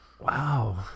Wow